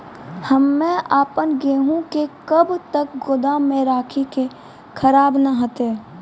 हम्मे आपन गेहूँ के कब तक गोदाम मे राखी कि खराब न हते?